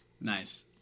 Nice